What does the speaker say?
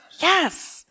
Yes